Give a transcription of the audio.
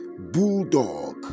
Bulldog